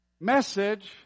Message